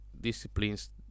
disciplines